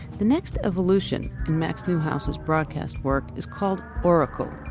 the next evolution in max neuhaus's broadcast work is called auracle.